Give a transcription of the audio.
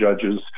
judges